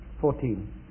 Fourteen